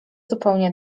zupełnie